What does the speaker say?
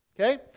okay